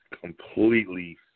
completely